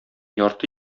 ярты